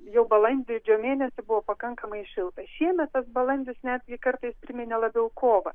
jau balandžio mėnesį buvo pakankamai šilta šiemet tas balandis netgi kartais priminė labiau kovą